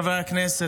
חברי הכנסת,